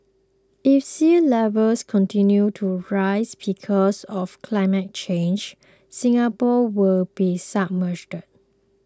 if sea levels continue to rise because of climate change Singapore could be submerged